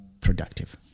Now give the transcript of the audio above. productive